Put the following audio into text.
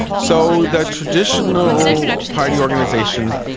so the traditional party organisations,